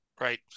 Right